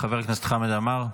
חבר הכנסת חמד עמאר.